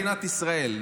במדינת ישראל.